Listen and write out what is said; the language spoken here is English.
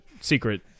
secret